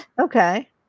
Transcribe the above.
Okay